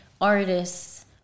artists